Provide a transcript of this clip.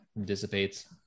dissipates